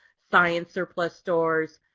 science surplus stores,